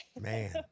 man